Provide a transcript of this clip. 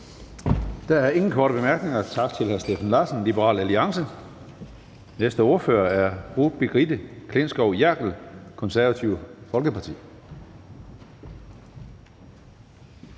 Der er ingen korte bemærkninger. Tak til hr. Steffen Larsen, Liberal Alliance. Næste ordfører er fru Brigitte Klintskov Jerkel, Det Konservative Folkeparti.